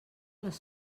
les